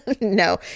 no